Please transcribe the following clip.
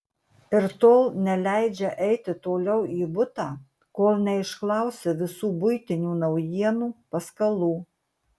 ir tol neleidžia eiti toliau į butą kol neišklausia visų buitinių naujienų paskalų